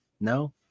No